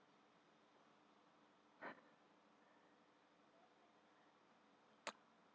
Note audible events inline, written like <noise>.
<noise>